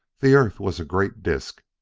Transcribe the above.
the earth was a great disc,